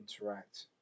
interact